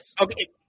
Okay